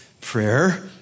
prayer